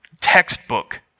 textbook